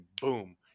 boom